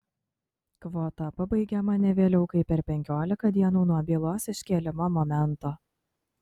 kvota pabaigiama ne vėliau kaip per penkiolika dienų nuo bylos iškėlimo momento